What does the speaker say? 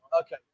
Okay